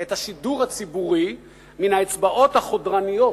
את השידור הציבורי מן האצבעות החודרניות